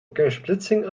kernsplitsing